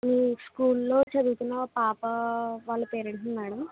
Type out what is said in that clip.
మీ స్కూల్లో చదువుతున్న పాప వాళ్ళ పేరెంట్ని మ్యాడమ్